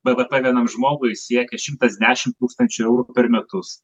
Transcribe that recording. bvp vienam žmogui siekia šimtas dešimt tūkstančių eurų per metus